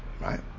right